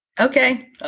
Okay